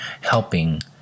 helping